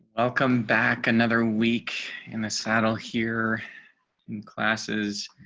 i'll come back another week in the saddle here in classes.